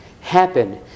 happen